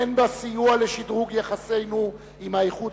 הן בסיוע לשדרוג יחסינו עם האיחוד